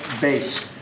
base